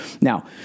Now